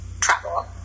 Travel